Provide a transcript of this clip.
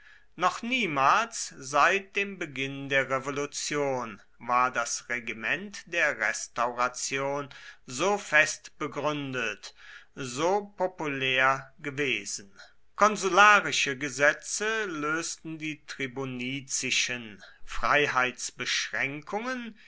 noch niemals seit dem beginn der revolution war das regiment der restauration so fest begründet so populär gewesen konsularische gesetze lösten die